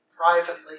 privately